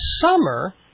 summer